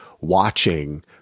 watching